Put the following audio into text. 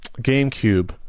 GameCube